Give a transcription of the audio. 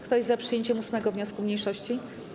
Kto jest za przyjęciem 8. wniosku mniejszości?